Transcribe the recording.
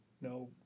No